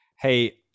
hey